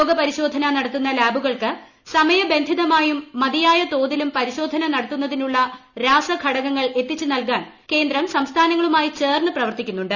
രോഗപരിശോധന നടത്തുന്ന ലാബുകൾക്ക് സമയബന്ധിതമായും മതിയായ തോതിലും പരിശോധന നടത്തുന്നതിനുള്ള രാസഘടകങ്ങൾ എത്തിച്ച് നൽകാൻ കേന്ദ്രം സംസ്ഥാനങ്ങളുമായി ചേർന്ന് പ്രവർത്തിക്കുന്നുണ്ട്